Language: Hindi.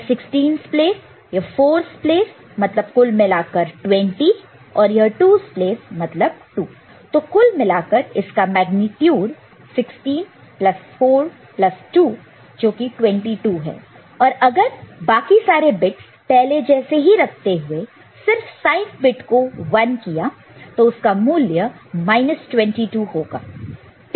यह 16 है यह 4's प्लेस मतलब कुल मिलाकर 20 और यह 2's प्लेस मतलब 2 तो कुल मिलाकर इसका मेग्नीट्यूड है 16 प्लस 4 प्लस 2 जो है 22 और अगर बाकी सारे बिट्स पहले जैसे ही रखते हुए सिर्फ साइन बिट को 1 किया तो इसका मूल्य 22 होगा